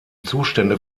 zustände